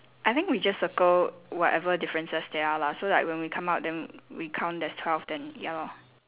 I think we just circle whatever differences there are lah so like when we come out then we count there's twelve then ya lor